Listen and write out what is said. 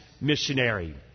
missionary